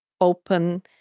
open